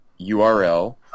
URL